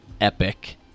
epic